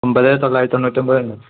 ഒൻപതേ തൊള്ളായിരത്തി തണ്ണൂറ്റൊൻപതാണ്